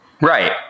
Right